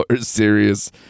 serious